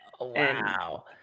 Wow